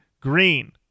Green